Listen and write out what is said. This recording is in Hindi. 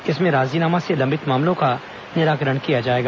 इसमें राजीनामा से लंबित मामलों का निराकरण किया जाएगा